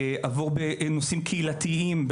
נושאים קהילתיים,